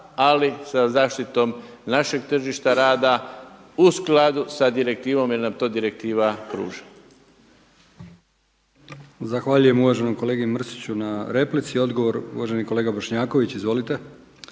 ali sa zaštitom našeg tržišta rada u skladu sa direktivom jer nam to direktiva pruža.